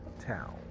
town